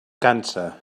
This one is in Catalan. cansa